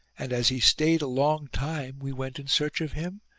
and, as he stayed a long time, we went in search of him,